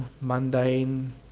mundane